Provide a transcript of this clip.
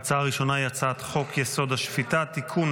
ההצעה הראשונה היא הצעת חוק-יסוד: השפיטה (תיקון,